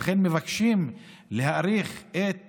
לכן מבקשים להאריך את